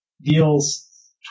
Deals